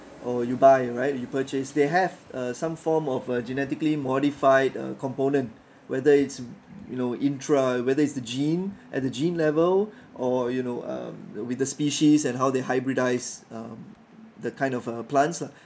or you buy right you purchase they have uh some form of uh genetically modified uh component whether it's you know intra whether it's the gene at the gene level or you know uh with the species and how they hybridise um the kind of uh plants lah